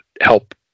help